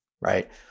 right